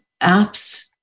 apps